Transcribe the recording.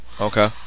Okay